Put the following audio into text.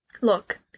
Look